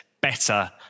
Better